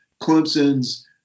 Clemson's